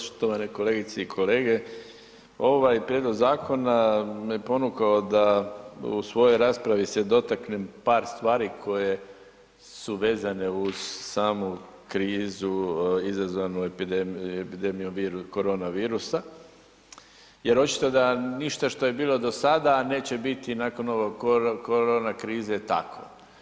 Poštovane kolegice i kolege, ovaj prijedlog zakona me ponukao da u svojoj raspravi se dotaknem par stvari koje su vezane uz samu krizu izazvanu epidemijom korona virusa jer očito da ništa što je bilo do sada neće biti nakon ovog korona krize tako.